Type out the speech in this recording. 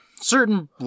certain